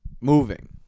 moving